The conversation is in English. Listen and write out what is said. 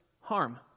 harm